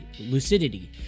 lucidity